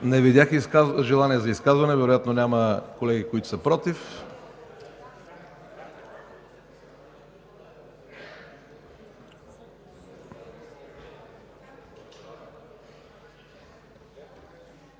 Не видях желание за изказвания, вероятно няма колеги, които са „против”.